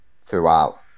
throughout